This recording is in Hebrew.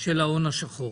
ההון השחור.